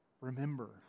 remember